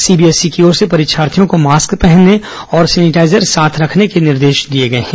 CBSE की ओर से परीक्षार्थियों को मास्क पहनने और सेनिटाइजर साथ रखने के निर्देश दिए गए हैं